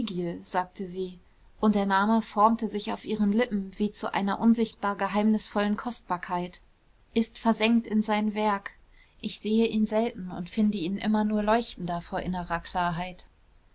sagte sie und der name formte sich auf ihren lippen wie zu einer unsichtbar geheimnisvollen kostbarkeit ist versenkt in sein werk ich sehe ihn selten und finde ihn immer nur leuchtender vor innerer klarheit